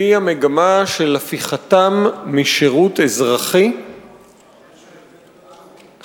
והיא המגמה של הפיכתם משירות אזרחי, חשוב,